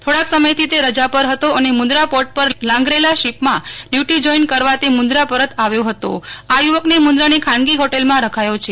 થીડાક સમયથી તે રજા પર હતો અને મુંદરા પોર્ટ પર લાંગરેલા શીપમાં ડ્યુટી જોઈન કરવા તે મુંદરા પરત આવ્યો હતો આ યુવકને મુંદરાની ખાનગી હોટેલમાં રખાયો છે